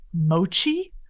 mochi